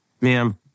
ma'am